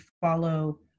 follow